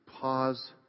pause